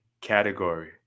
category